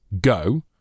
go